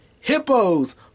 Hippos